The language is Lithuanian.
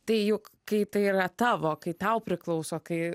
tai juk kai tai yra tavo kai tau priklauso kai